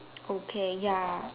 okay ya